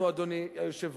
אנחנו, אדוני היושב-ראש,